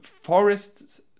forests